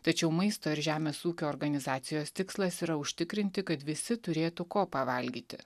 tačiau maisto ir žemės ūkio organizacijos tikslas yra užtikrinti kad visi turėtų ko pavalgyti